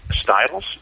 styles